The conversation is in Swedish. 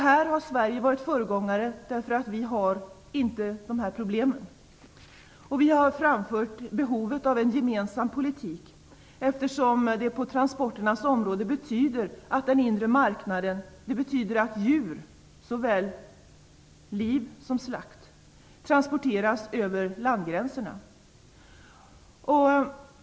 Här har Sverige varit föregångare, därför att vi inte har de problemen. Vi har framfört behovet av en gemensam politik, eftersom den inre marknaden på transporternas område betyder att djur, såväl liv som slaktdjur, transporteras över landgränserna.